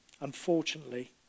Unfortunately